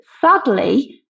sadly